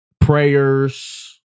prayers